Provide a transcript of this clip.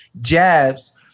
jabs